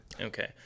Okay